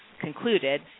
concluded